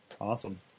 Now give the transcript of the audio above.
Awesome